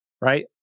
right